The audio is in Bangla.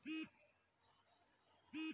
মুই কিভাবে একটা সেভিংস অ্যাকাউন্ট খুলিম?